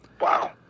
Wow